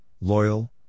loyal